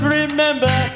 remember